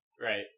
Right